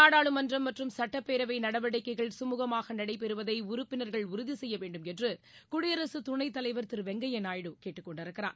நாடாளுமன்றம் மற்றும் சுட்டப்பேரவை நடவடிக்கைகள் சுமுகமாக நடைபெறுவதை உறுப்பினர்கள் உறுதி செய்ய வேண்டும் என்று குடியரசுத் துணைத் தலைவர் திரு வெங்கையா நாயுடு கேட்டுக் கொண்டிருக்கிறார்